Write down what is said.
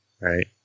right